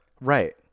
Right